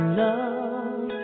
love